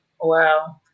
Wow